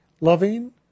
loving